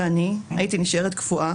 ואני, הייתי נשארת קפואה,